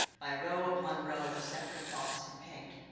by row upon row of separate dots of paint.